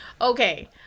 Okay